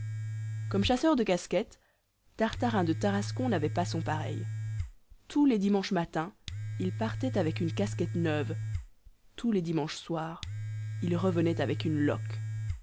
comme chasseur de casquettes tartarin de tarascon n'avait pas son pareil tous les dimanches matin il partait avec une casquette neuve tous les dimanches soir il revenait avec une loque